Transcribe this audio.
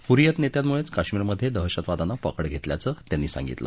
हुरियत नेत्यांमुळेच काश्मिरमधे दहशतवादानं पकड घेतल्याचं त्यांनी सांगितलं